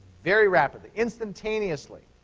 very rapidly, instantaneously.